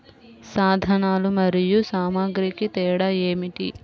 సాధనాలు మరియు సామాగ్రికి తేడా ఏమిటి?